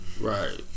Right